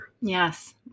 Yes